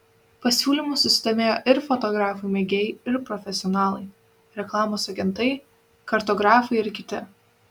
pasiūlymu susidomėjo ir fotografai mėgėjai ir profesionalai reklamos agentai kartografai ir kiti